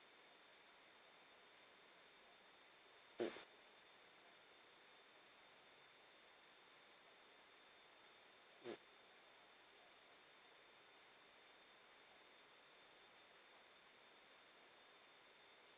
mm mm